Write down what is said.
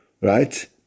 right